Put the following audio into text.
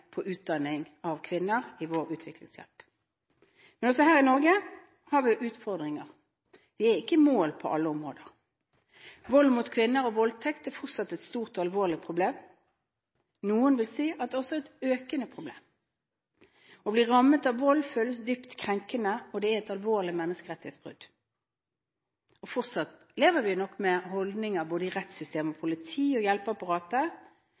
på utdanning av kvinner i vår utviklingshjelp. Men også her i Norge har vi utfordringer. Vi er ikke i mål på alle områder. Vold mot kvinner og voldtekt er fortsatt et stort og alvorlig problem. Noen vil si at det også er et økende problem. Å bli rammet av vold føles dypt krenkende, og det er et alvorlig menneskerettighetsbrudd. Fortsatt lever vi nok med holdninger både i rettssystemet, politiet og hjelpeapparatet som har gammeldagse måter å se på kvinner og